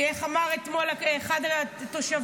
כי איך אמר אתמול אחד התושבים?